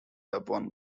upon